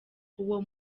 uwo